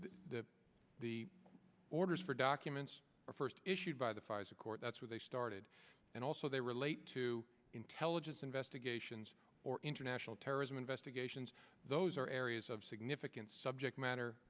because the orders for documents are first issued by the pfizer court that's where they started and also they relate to intelligence investigations or international terrorism investigations those are areas of significant subject matter